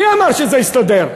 מי אמר שזה יסתדר?